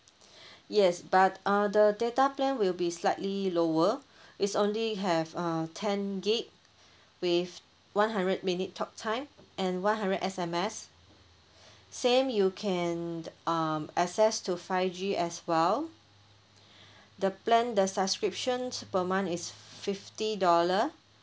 yes but uh the data plan will be slightly lower it's only have uh ten gig with one hundred minute talk time and one hundred S_M_S same you can um access to five G as well the plan the subscriptions per month is fifty dollar